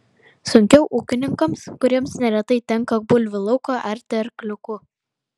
sunkiau ūkininkams kuriems neretai tenka bulvių lauką arti arkliuku